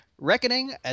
Reckoning